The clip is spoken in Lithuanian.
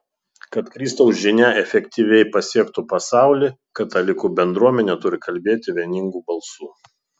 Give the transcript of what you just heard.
kad kristaus žinia efektyviai pasiektų pasaulį katalikų bendruomenė turi kalbėti vieningu balsu